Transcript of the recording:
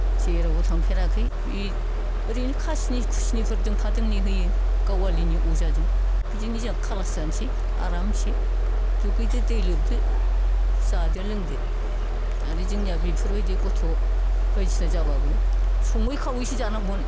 जेरावबो थांफेराखै इ ओरैनो खासिनि खुसिनिफोर दोंफा दोंनै होयो गावालिनि अजाजों बिजोंनो जों खालास जानोसै आरामसे दुगैदो दै लोबदो जादो लोंदो आरो जोंनिया बेफोरबायदि गथ' बायदिसिना जाब्लाबो सङै खावैसो जानाङोमोन